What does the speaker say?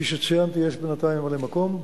כפי שציינתי, יש בינתיים ממלא-מקום,